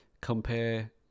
compare